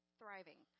thriving